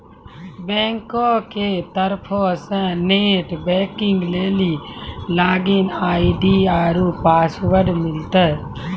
बैंको के तरफो से नेट बैंकिग लेली लागिन आई.डी आरु पासवर्ड मिलतै